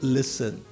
Listen